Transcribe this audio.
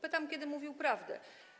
Pytam, kiedy mówił prawdę.